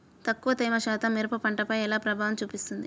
తక్కువ తేమ శాతం మిరప పంటపై ఎలా ప్రభావం చూపిస్తుంది?